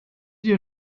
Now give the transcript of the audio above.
dir